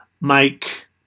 make